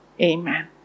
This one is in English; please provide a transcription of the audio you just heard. Amen